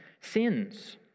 sins